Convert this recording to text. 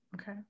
okay